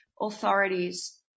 authorities